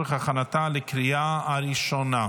ותעבור לדיון בוועדת חוקה חוק ומשפט לצורך הכנתה לקריאה הראשונה.